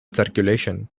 circulation